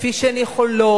כפי שהן יכולות,